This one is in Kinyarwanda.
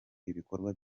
ibikorwa